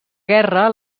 guerra